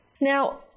Now